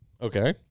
Okay